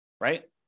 right